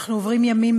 אנחנו עוברים ימים,